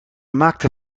maakte